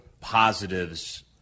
positives